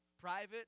private